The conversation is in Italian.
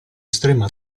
estrema